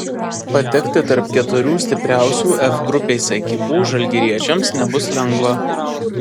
patekti tarp keturių stipriausių f grupės ekipų žalgiriečiams nebus lengva